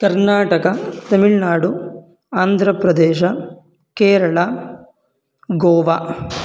कर्नाटकः तमिळ्नाडु आन्ध्रप्रदेशः केरळ गोवा